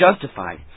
justified